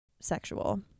sexual